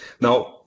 Now